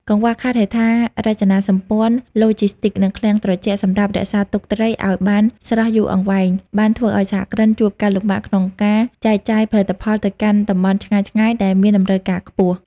កង្វះខាតហេដ្ឋារចនាសម្ព័ន្ធឡូជីស្ទីក និងឃ្លាំងត្រជាក់សម្រាប់រក្សាទុកត្រីឱ្យបានស្រស់យូរអង្វែង បានធ្វើឱ្យសហគ្រិនជួបការលំបាកក្នុងការចែកចាយផលិតផលទៅកាន់តំបន់ឆ្ងាយៗដែលមានតម្រូវការខ្ពស់។